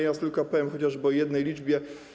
Ja tylko powiem chociażby o jednej liczbie.